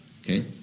Okay